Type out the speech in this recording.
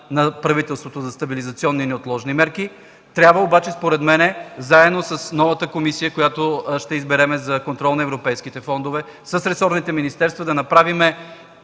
на правителството за стабилизационни и неотложни мерки. Трябва обаче, според мен, заедно с новата комисия, която ще изберем за контрол на европейските фондове, с ресорните министерства да направим